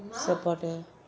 support her